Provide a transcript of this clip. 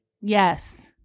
Yes